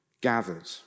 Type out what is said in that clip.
gathered